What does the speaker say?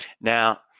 Now